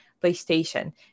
playstation